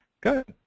Good